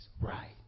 right